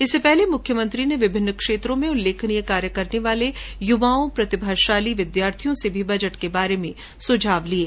इससे पहले मुख्यमंत्री ने विभिन्न क्षेत्रों में उल्लेखनीय कार्य करने वाले युवाओं प्रतिभाशाली विद्यार्थियों से भी बजट के बारे में सुझाव लिये